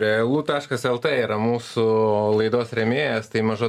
realu taškas lt yra mūsų laidos rėmėjas tai maža